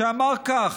שאמר כך: